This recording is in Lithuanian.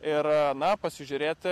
ir na pasižiūrėti